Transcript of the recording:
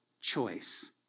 choice